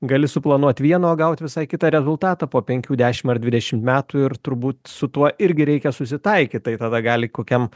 gali suplanuot vieną o gaut visai kitą rezultatą po penkių dešim ar dvidešim metų ir turbūt su tuo irgi reikia susitaikyt tai tada gali kokiam